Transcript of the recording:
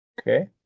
Okay